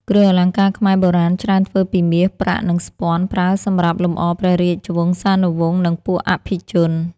គ្រឿងអលង្ការខ្មែរបុរាណច្រើនធ្វើពីមាស ប្រាក់ និងស្ពាន់ ប្រើសម្រាប់លម្អព្រះរាជវង្សានុវង្ស និងពួកអភិជន។